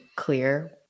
clear